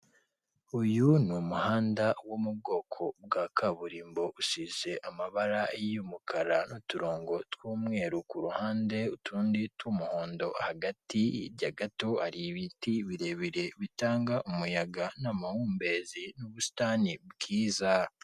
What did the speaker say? Uyu ni umuhanda wo mu bwoko bwa kaburimbo usize amabara y'umukara n'uturongo tw'umweru ku ruhande utundi tw'umuhondo hagati, hirya gato hari ibiti birebire bitanga umuyaga n'amahumbezi, n'ubusitani bwiza.